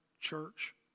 church